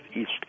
East